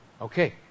Okay